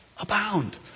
abound